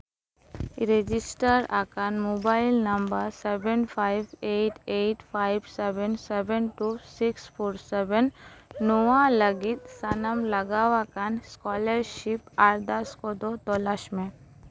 register ᱟᱠᱟᱱ mobile number seven five eight eight five seven two six four seven ᱱᱚᱣᱟ ᱞᱟᱹᱜᱤᱫ ᱥᱟᱱᱟᱢ ᱞᱟᱜᱟᱣ ᱟᱠᱟᱱ ᱮᱥᱠᱚᱞᱟᱨᱥᱤᱯ ᱟᱨᱫᱟᱥ ᱠᱚᱫᱚ ᱛᱚᱞᱟᱥ ᱢᱮ